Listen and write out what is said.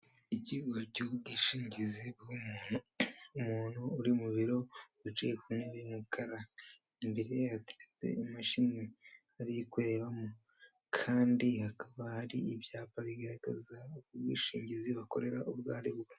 Ikigo cy'ubwishingizi bw'umuntu, umuntu uri mu biro wicaye ku ntebe y'umukara, imbere ye hateretse imashini ari kurebamo kandi hakaba hari ibyapa bigaragaraza ubwo bwishingizi bakorera ubwo aribwo.